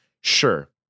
Sure